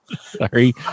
Sorry